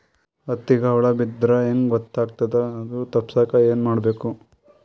ಹತ್ತಿಗ ಹುಳ ಬಿದ್ದ್ರಾ ಹೆಂಗ್ ಗೊತ್ತಾಗ್ತದ ಅದು ತಪ್ಪಸಕ್ಕ್ ಏನ್ ಮಾಡಬೇಕು?